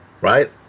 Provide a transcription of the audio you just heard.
right